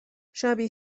شبیه